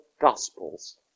Gospels